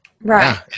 right